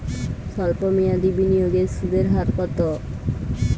সল্প মেয়াদি বিনিয়োগের সুদের হার কত?